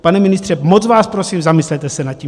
Pane ministře, moc vás prosím, zamyslete se nad tím.